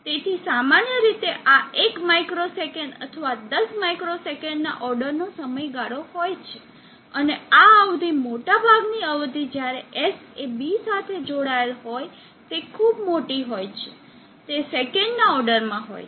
તેથી સામાન્ય રીતે આ એક માઇક્રો સેકંડ અથવા દસ માઇક્રો સેકંડના ઓર્ડરનો સમયગાળો હોય છે અને આ અવધિ મોટાભાગની અવધિ જ્યારે S એ B સાથે જોડાયેલ હોય તે ખૂબ મોટી હોય છે તે સેકંડના ઓર્ડર માં હોય છે